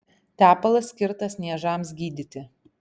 tepalas skirtas niežams gydyti